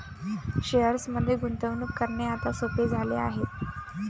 शेअर्समध्ये गुंतवणूक करणे आता सोपे झाले आहे